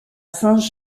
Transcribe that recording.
saint